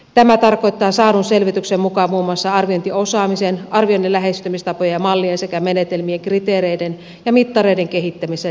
tämä tarkoittaa saadun selvityksen mukaan muun muassa arviointiosaamisen arvioinnin lähestymistapojen ja mallien sekä menetelmien kriteereiden ja mittareiden kehittämiseen liittyvää tukea